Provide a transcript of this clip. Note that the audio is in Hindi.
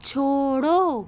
छोड़ो